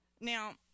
Now